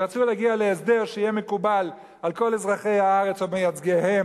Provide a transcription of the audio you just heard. ורצינו להגיע להסדר שיהיה מקובל על כל אזרחי הארץ ומייצגיהם,